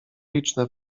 liczne